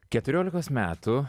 keturiolikos metų